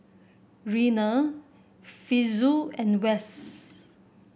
Reyna Fitzhugh and Wes